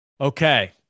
Okay